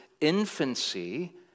infancy